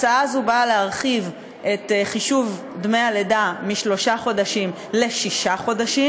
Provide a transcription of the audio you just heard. ההצעה הזאת באה להרחיב את חישוב דמי הלידה משלושה חודשים לשישה חודשים.